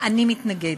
אני מתנגדת: